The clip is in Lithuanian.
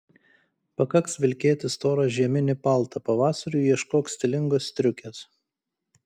pakaks vilkėti storą žieminį paltą pavasariui ieškok stilingos striukės